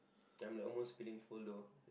I'm like almost feeling full though